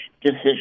decision